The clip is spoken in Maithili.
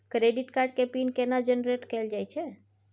क्रेडिट कार्ड के पिन केना जनरेट कैल जाए छै?